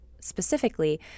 specifically